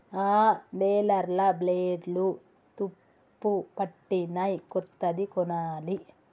ఆ బేలర్ల బ్లేడ్లు తుప్పుపట్టినయ్, కొత్తది కొనాలి